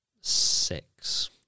six